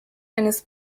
eines